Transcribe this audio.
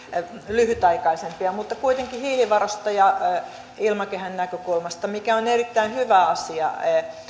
lyhytaikaisempia mutta kuitenkin hiilivarastoja ilmakehän näkökulmasta mikä on erittäin hyvä asia